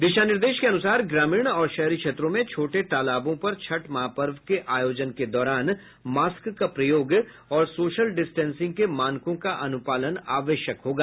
दिशा निर्देश के अनुसार ग्रामीण और शहरी क्षेत्रों में छोटे तालाबों पर छठ महापर्व के आयोजन के दौरान मास्क का प्रयोग और सोशल डिस्टेंसिंग के मानकों का अनुपालन आवश्यक होगा